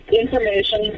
information